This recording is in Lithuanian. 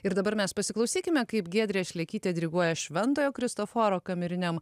ir dabar mes pasiklausykime kaip giedrė šlekytė diriguoja šventojo kristoforo kameriniam